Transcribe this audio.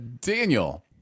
Daniel